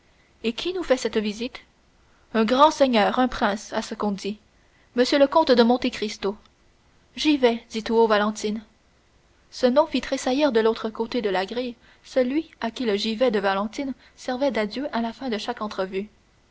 et qui nous fait cette visite un grand seigneur un prince à ce qu'on dit m le comte de monte cristo j'y vais dit tout haut valentine ce nom fit tressaillir de l'autre côté de la grille celui à qui le j'y vais de valentine servait d'adieu à la fin de chaque entrevue